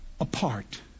apart